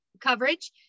coverage